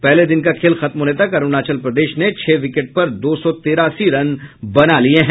पहले दिन का खेल खत्म होने तक अरूणाचल प्रदेश ने छह विकेट पर दो सौ तिरासी रन बना लिये हैं